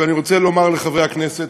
ואני רוצה לומר לחברי הכנסת,